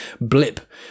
blip